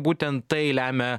būtent tai lemia